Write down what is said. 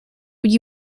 would